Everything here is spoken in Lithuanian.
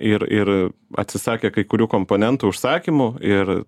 ir ir atsisakė kai kurių komponentų užsakymų ir